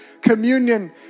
communion